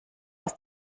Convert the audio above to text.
aus